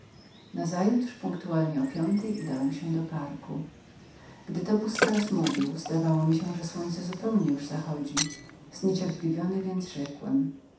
nazajutrz o godzinie piątej wieczorem udałem się do wielkiego ogrodu gdy tak busqueros mówił zdało mi się że słońce zupełnie już zachodziło zniecierpliwiony więc rzekłem